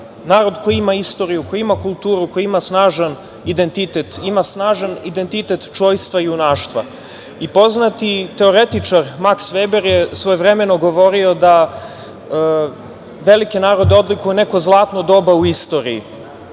narod koji ima istoriju, koji ima kulturu, koji ima snažan identitet. Ima snažan identitet čojstva i junaštva. Poznati teoretičar Maks Veber je svojevremeno govorio da velike narode odlikuje neko zlatno doba u istoriji